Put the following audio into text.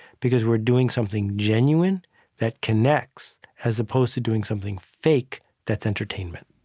because we're doing something genuine that connects, as opposed to doing something fake that's entertainment